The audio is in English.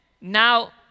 now